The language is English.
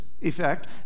effect